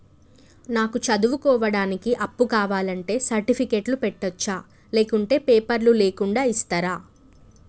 నాకు చదువుకోవడానికి అప్పు కావాలంటే సర్టిఫికెట్లు పెట్టొచ్చా లేకుంటే పేపర్లు లేకుండా ఇస్తరా?